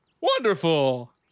Wonderful